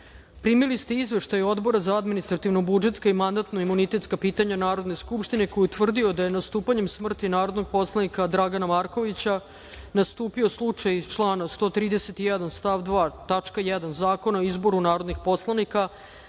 ostavki. Primili ste Izveštaj Odbora za administrativno-budžetska i mandatno-imunitetska pitanja Narodne skupštine koji je utvrdio da je nastupanjem smrti narodnog poslanika Dragana Markovića nastupio slučaj iz člana 131. stav 2. tačka 1. Zakona o izboru narodnih poslanika,